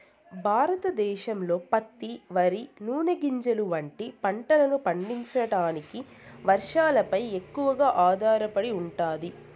భారతదేశంలో పత్తి, వరి, నూనె గింజలు వంటి పంటలను పండించడానికి వర్షాలపై ఎక్కువగా ఆధారపడి ఉంటాది